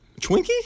Twinkie